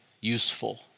useful